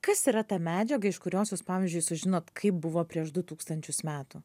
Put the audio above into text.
kas yra ta medžiaga iš kurios jūs pavyzdžiui sužinot kaip buvo prieš du tūkstančius metų